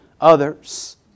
others